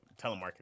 telemarketing